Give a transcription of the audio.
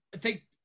take